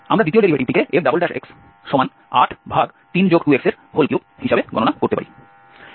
আমরা দ্বিতীয় ডেরিভেটিভটিকে fx832x3 হিসাবে গণনা করতে পারি